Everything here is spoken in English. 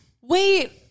Wait